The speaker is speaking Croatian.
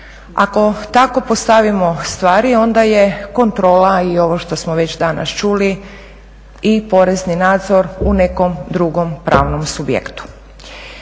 Ako tako postavimo stvari onda je kontrola i ovo što smo već danas čuli i porezni nadzor u nekom drugom pravnom subjektu.